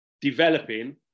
developing